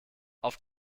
auf